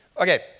Okay